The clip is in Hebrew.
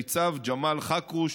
ניצב ג'מאל חכרוש,